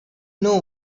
know